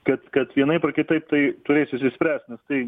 kad kad vienaip ar kitaip tai turės išsispręst nes tai